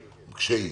כשיהיו.